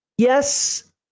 Yes